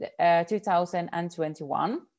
2021